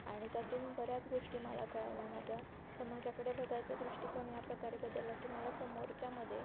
आणि त्यातून बऱ्याच गोष्टी मला कळाल्या माझा समाजाकडे बघायच्या दृष्टिकोन याप्रकारे बदलला की मला समोरच्यामध्ये